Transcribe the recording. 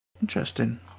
interesting